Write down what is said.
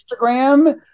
Instagram